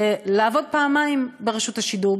לעבוד פעמיים ברשות השידור,